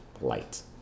light